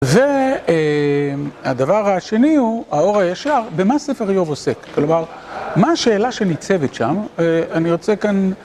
והדבר השני הוא, האור הישר, במה ספר איוב עוסק? כלומר, מה השאלה שניצבת שם, אני רוצה כאן...